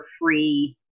free